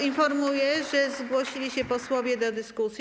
Informuję, że zgłosili się posłowie do dyskusji.